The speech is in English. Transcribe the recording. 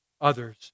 others